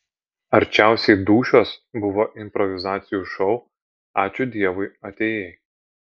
arčiausiai dūšios buvo improvizacijų šou ačiū dievui atėjai